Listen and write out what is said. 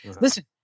Listen